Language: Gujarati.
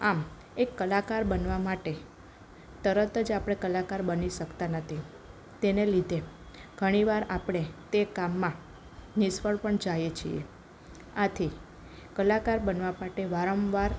આમ એક કલાકાર બનવા માટે તરત જ આપણે કલાકાર બની શકતા નથી તેને લીધે ઘણી વાર આપણે તે કામમાં નિષ્ફળ પણ જઇએ છીએ આથી કલાકાર બનવા માટે વારંવાર